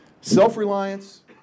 self-reliance